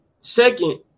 Second